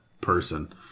person